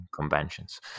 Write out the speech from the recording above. conventions